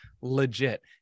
legit